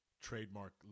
trademark